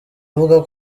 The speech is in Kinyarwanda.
avuga